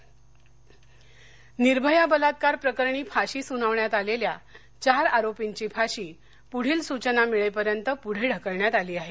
निर्भया प्रकरण फाशी निर्भया बलात्कार प्रकरणी फाशी सुनावण्यात आलेल्या चार आरोपींची फाशी पुढील सुचना मिळेपर्यंत पुढे ढकलण्यात आली आहे